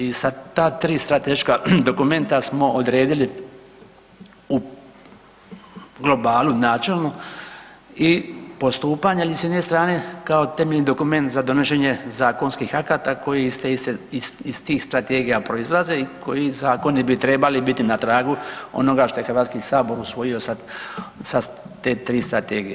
I sa ta tri strateška dokumenta smo odredili u globalu načelno i postupanje, ali s jedne strane kao temeljni dokument za donošenje zakonskih akata koji iz tih strategija proizlaze koji zakoni bi trebali biti na tragu onoga što je HS usvojio sad te tri strategije.